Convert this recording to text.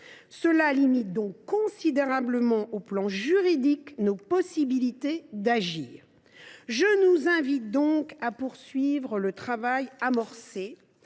Cela limite considérablement, sur le plan juridique, nos possibilités d’agir. Je nous invite à poursuivre le travail amorcé,